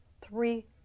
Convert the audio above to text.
three